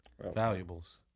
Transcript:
Valuables